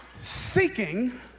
Seeking